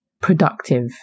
productive